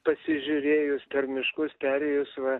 pasižiūrėjus per miškus perėjus va